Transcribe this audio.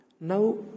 now